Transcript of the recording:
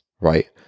right